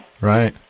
right